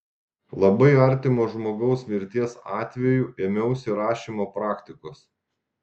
labai artimo žmogaus mirties atveju ėmiausi rašymo praktikos